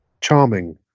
charming